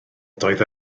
doedd